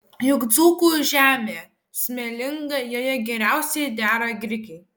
juk dzūkų žemė smėlinga joje geriausiai dera grikiai